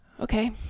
Okay